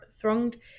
thronged